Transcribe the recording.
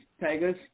Tigers